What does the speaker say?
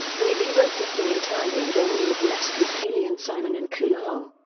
we rewrote the thing entirely and then we were blessed with kaley and simon and kunal.